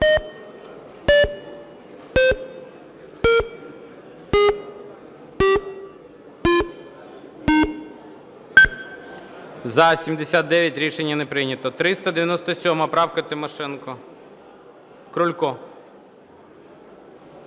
За-79 Рішення не прийнято. 397 правка Тимошенко. Крулько.